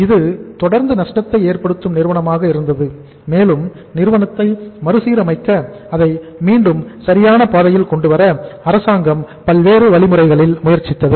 இது தொடர்ந்து நஷ்டத்தை ஏற்படுத்தும் நிறுவனமாக இருந்தது மேலும் நிறுவனத்தை மறுசீரமைக்க அதை மீண்டும் சரியான பாதையில் கொண்டுவர அரசாங்கம் பல்வேறு வழிமுறைகளில் முயற்சித்தது